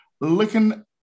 looking